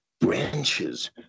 branches